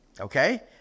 Okay